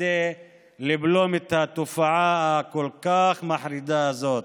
כדי לבלום את התופעה הכל-כך מחרידה הזאת.